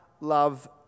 love